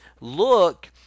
look